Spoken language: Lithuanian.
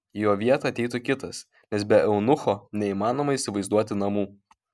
į jo vietą ateitų kitas nes be eunucho neįmanoma įsivaizduoti namų